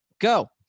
go